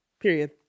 Period